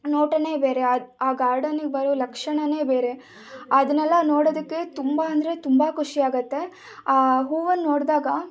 ನೋಟನೇ ಬೇರೆ ಆ ಆ ಗಾರ್ಡನಿಗೆ ಬರೊ ಲಕ್ಷಣವೇ ಬೇರೆ ಅದನ್ನೆಲ್ಲ ನೋಡೋದಕ್ಕೆ ತುಂಬ ಅಂದರೆ ತುಂಬ ಖುಷಿಯಾಗತ್ತೆ ಆ ಹೂವನ್ನು ನೋಡಿದಾಗ